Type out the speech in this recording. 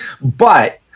But-